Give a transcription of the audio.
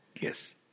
Yes